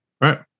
Right